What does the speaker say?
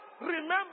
remember